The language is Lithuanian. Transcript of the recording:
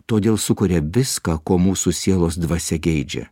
todėl sukuria viską ko mūsų sielos dvasia geidžia